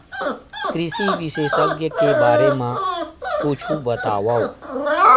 कृषि विशेषज्ञ के बारे मा कुछु बतावव?